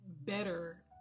better